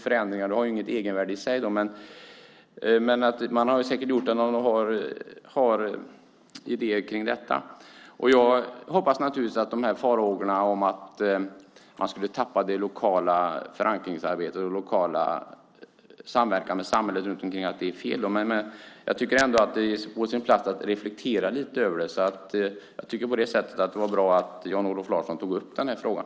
Förändringar har inget egenvärde i sig, men man har säkert gjort den för att man har idéer om detta. Jag hoppas att farhågorna om att man ska tappa det lokala förankringsarbetet och samverkan med samhället runt omkring är felaktiga. Det är ändå på sin plats att reflektera lite över det, så det var bra att Jan-Olof Larsson tog upp frågan.